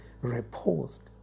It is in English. Reposed